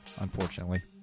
unfortunately